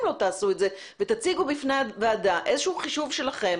לא תעשו את זה ותציגו בפני הוועדה איזשהו חישוב שלכם